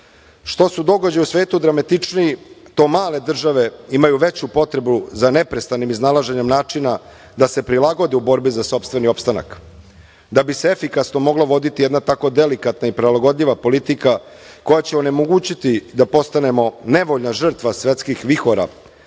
su događaji u svetu dramatičniji, to male države imaju veću potrebu za neprestanim iznalaženjem načina da se prilagode u borbi za sopstveni opstanak. Da bi se efikasno mogla voditi jedna tako delikatna i prilagodljiva politika koja će onemogućiti da postanemo nevoljna žrtva svetskih vihora,